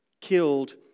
killed